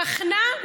בחנה,